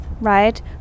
right